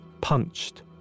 punched